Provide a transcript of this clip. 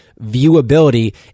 ViewAbility